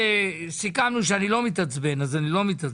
אנחנו סיכמנו שאני לא מתעצבן, אז אני לא מתעצבן.